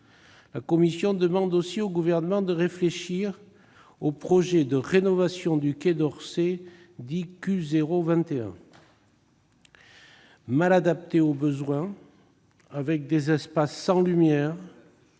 La commission demande aussi au Gouvernement de réfléchir au projet de rénovation du Quai d'Orsay, dit QO21. « Mal adapté aux besoins, avec des espaces sans lumière,